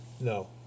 No